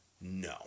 no